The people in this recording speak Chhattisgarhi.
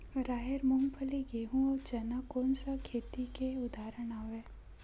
राहेर, मूंगफली, गेहूं, अउ चना कोन सा खेती के उदाहरण आवे?